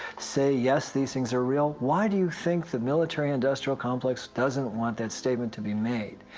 say, yes, these things are real. why do you think the military-industrial complex doesn't want that statement to be made?